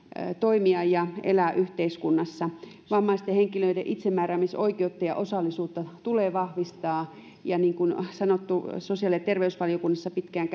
toimia ja elää yhteiskunnassa vammaisten henkilöiden itsemääräämisoikeutta ja osallisuutta tulee vahvistaa ja niin kuin sanottu sosiaali ja terveysvaliokunnassa pitkään